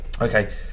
Okay